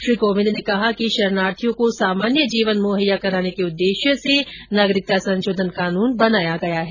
श्री कोविन्द ने कहा कि शरणार्थियों को सामान्य जीवन मुहैया कराने के उद्देश्य से नागरिकता संशोधन कानून बनाया गया है